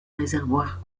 réservoir